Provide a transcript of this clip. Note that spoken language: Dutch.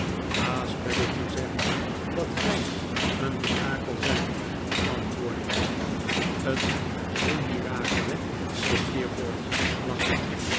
baas peggotty zegt dat gij een mirakel zijt antwoordde ik een zeemirakel he zei steerforth lachend